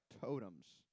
totems